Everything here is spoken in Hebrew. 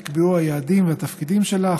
ונקבעו היעדים והתפקידים שלה.